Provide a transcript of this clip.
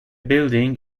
building